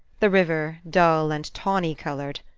the river, dull and tawny-colored,